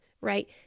right